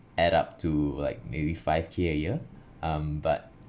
add up to like maybe five K a year um but